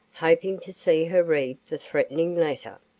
hoping to see her read the threatening letter.